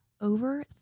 Over